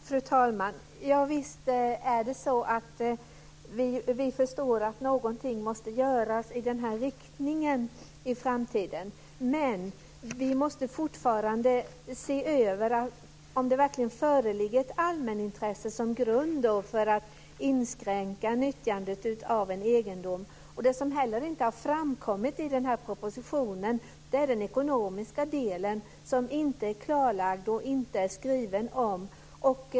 Fru talman! Visst förstår vi att någonting måste göras i denna riktning i framtiden. Men vi måste ändå se över om det verkligen föreligger ett allmänintresse som grund för att inskränka nyttjandet av en egendom. Något som heller inte har framkommit i denna proposition är den ekonomiska delen, som inte är klarlagd och som det inte har skrivits om.